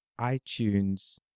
iTunes